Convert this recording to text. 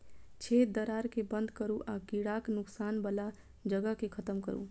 छेद, दरार कें बंद करू आ कीड़ाक नुकाय बला जगह कें खत्म करू